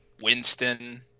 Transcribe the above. Winston